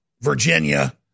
Virginia